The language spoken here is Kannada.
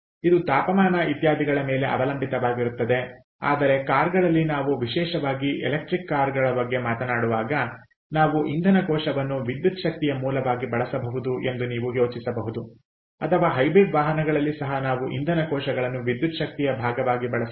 ಇದು ತಾಪಮಾನ ಇತ್ಯಾದಿಗಳ ಮೇಲೆ ಅವಲಂಬಿತವಾಗಿರುತ್ತದೆ ಆದರೆ ಕಾರುಗಳಲ್ಲಿ ನಾವು ವಿಶೇಷವಾಗಿ ಎಲೆಕ್ಟ್ರಿಕ್ ಕಾರುಗಳ ಬಗ್ಗೆ ಮಾತನಾಡುವಾಗ ನಾವು ಇಂಧನ ಕೋಶವನ್ನು ವಿದ್ಯುತ್ ಶಕ್ತಿಯ ಮೂಲವಾಗಿ ಬಳಸಬಹುದು ಎಂದು ನೀವು ಯೋಚಿಸಬಹುದು ಅಥವಾ ಹೈಬ್ರಿಡ್ ವಾಹನಗಳಲ್ಲಿ ಸಹ ನಾವು ಇಂಧನ ಕೋಶಗಳನ್ನು ವಿದ್ಯುತ್ ಶಕ್ತಿಯ ಭಾಗಕ್ಕಾಗಿ ಬಳಸಬಹುದು